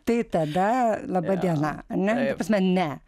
tai tada laba diena ar ne ta prasme ne